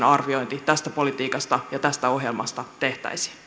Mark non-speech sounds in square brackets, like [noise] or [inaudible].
[unintelligible] arviointi tästä politiikasta ja tästä ohjelmasta tehtäisiin